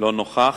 לא נוכח.